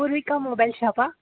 Poorvika mobile Shapa